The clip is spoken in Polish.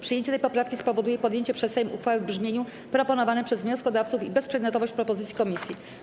Przyjęcie tej poprawki spowoduje podjęcie przez Sejm uchwały w brzmieniu proponowanym przez wnioskodawców i bezprzedmiotowość propozycji komisji.